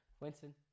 winston